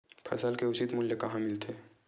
फसल के उचित मूल्य कहां मिलथे?